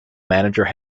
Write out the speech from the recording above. manager